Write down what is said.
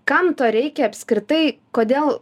kam to reikia apskritai kodėl